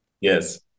Yes